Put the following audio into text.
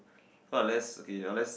what unless okay unless